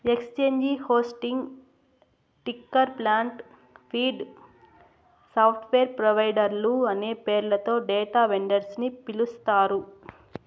exchange hosting, ticker plant, feed, software ప్రొవైడర్లు అనే పేర్లతో డేటా వెండర్స్ ని పిలుస్తారు